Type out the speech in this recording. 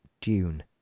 Dune